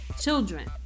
children